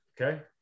Okay